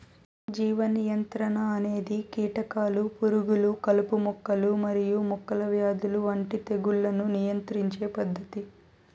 జీవ నియంత్రణ అనేది కీటకాలు, పురుగులు, కలుపు మొక్కలు మరియు మొక్కల వ్యాధుల వంటి తెగుళ్లను నియంత్రించే పద్ధతి